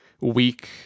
weak